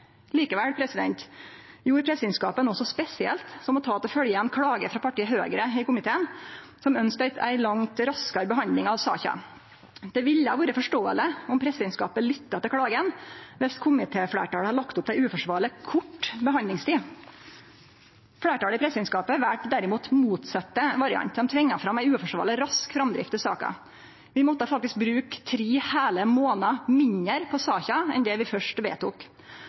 Likevel gjorde presidentskapet noko så spesielt som å ta til følgje ei klage frå partiet Høgre i komiteen, som ønskte ei langt raskare behandling av saka. Det ville ha vore forståeleg om presidentskapet hadde lytta til klaga viss komitéfleirtalet hadde lagt opp til ei uforsvarleg kort behandlingstid. Fleirtalet i presidentskapet valde derimot den motsette varianten. Dei tvinga fram ei uforsvarleg rask framdrift i saka. Vi måtte faktisk bruke tre heile månader mindre på saka enn det vi først vedtok.